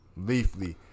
leafly